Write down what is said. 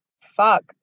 fuck